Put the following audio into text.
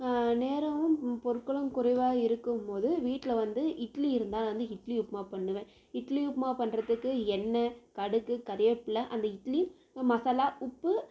நேரமும் பொருட்களும் குறைவாக ருக்கும்போது வீட்டில் வந்து இட்லி இருந்தால் நான் வந்து இட்லி உப்புமா பண்ணுவேன் இட்லி உப்புமா பண்ணுறதுக்கு எண்ணை கடுகு கருவேப்பில்லை அந்த இட்லி மசாலா உப்பு